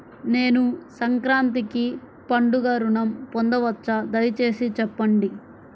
నేను సంక్రాంతికి పండుగ ఋణం పొందవచ్చా? దయచేసి చెప్పండి?